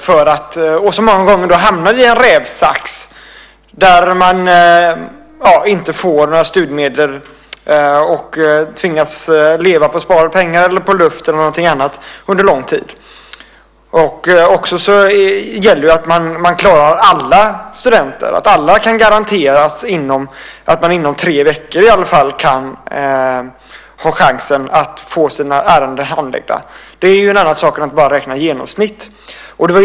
De hamnar många gånger i en rävsax där man inte får några studiemedel och tvingas leva på sparade pengar eller luft under lång tid. Det gäller att man klarar alla studenter. Alla ska garanteras att inom tre veckor ha chans att få sina ärenden handlagda. Det är något annat än att bara räkna genomsnitt.